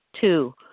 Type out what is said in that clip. Two